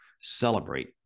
celebrate